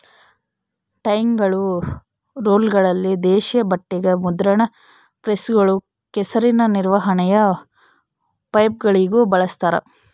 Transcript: ಟೈರ್ಗಳು ರೋಲರ್ಗಳಲ್ಲಿ ದೇಶೀಯ ಬಟ್ಟೆಗ ಮುದ್ರಣ ಪ್ರೆಸ್ಗಳು ಕೆಸರಿನ ನಿರ್ವಹಣೆಯ ಪೈಪ್ಗಳಿಗೂ ಬಳಸ್ತಾರ